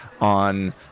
on